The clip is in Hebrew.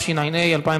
העבודה,